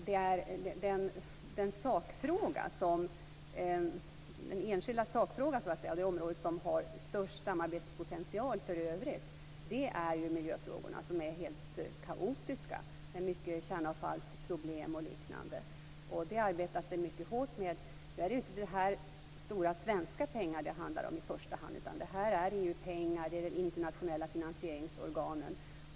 Den enskilda sakfråga som har störst samarbetspotential för övrigt är ju miljöfrågan där läget är helt kaotiskt med stora kärnavfallsproblem och liknande. Det arbetas mycket hårt med dessa problem. Nu handlar det inte i första hand om några stora svenska pengar utan det rör sig om pengar från EU och de internationella finansieringsorganen.